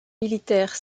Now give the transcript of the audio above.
militaires